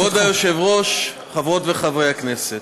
כבוד היושבת-ראש, חברות וחברי כנסת,